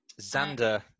Xander